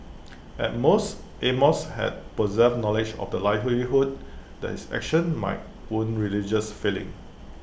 at most amos had possessed knowledge of the likelihood that his actions might wound religious feelings